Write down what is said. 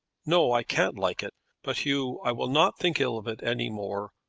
no i can't like it but, hugh, i will not think ill of it any more.